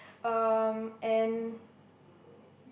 um and